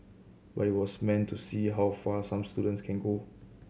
but it was meant to see how far some students can go